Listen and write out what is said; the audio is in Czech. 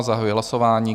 Zahajuji hlasování.